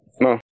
no